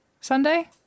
sunday